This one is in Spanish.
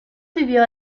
vivió